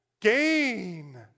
Gain